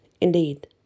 Indeed